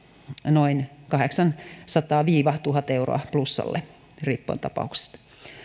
noin kahdeksansataa viiva tuhat euroa plussalle riippuen tapauksesta